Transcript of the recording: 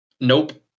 Nope